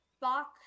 Box